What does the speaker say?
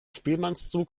spielmannszug